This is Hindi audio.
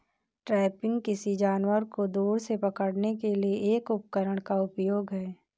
ट्रैपिंग, किसी जानवर को दूर से पकड़ने के लिए एक उपकरण का उपयोग है